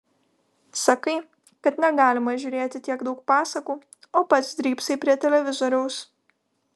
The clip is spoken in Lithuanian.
sakai kad negalima žiūrėti tiek daug pasakų o pats drybsai prie televizoriaus